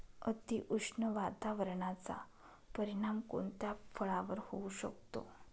अतिउष्ण वातावरणाचा परिणाम कोणत्या फळावर होऊ शकतो?